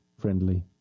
friendly